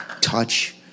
touch